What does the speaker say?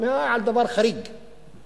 התמיהה היא על דבר חריג שקורה,